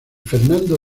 fernando